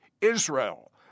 Israel